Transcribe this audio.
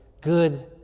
good